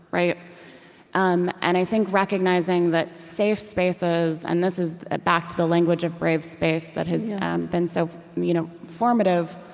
um and i think recognizing that safe spaces and this is ah back to the language of brave space that has been so you know formative